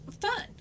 fun